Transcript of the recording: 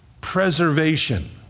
Preservation